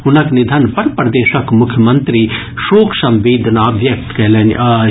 हुनक निधन पर प्रदेशक मुख्यमंत्री शोक संवेदना व्यक्त कयलनि अछि